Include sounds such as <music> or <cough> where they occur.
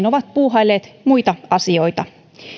<unintelligible> ovat puuhailleet muita asioita